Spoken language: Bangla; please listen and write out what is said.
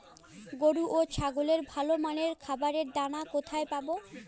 গরু ও ছাগলের ভালো মানের খাবারের দানা কোথায় পাবো?